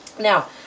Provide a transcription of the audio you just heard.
Now